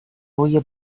روی